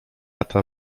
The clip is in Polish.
lata